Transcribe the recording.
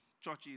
churches